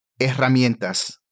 herramientas